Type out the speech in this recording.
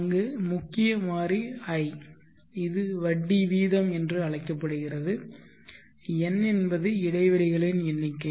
அங்கு முக்கிய மாறி i இது வட்டி வீதம் என்று அழைக்கப்படுகிறது n என்பது இடைவெளிகளின் எண்ணிக்கை